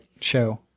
show